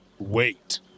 wait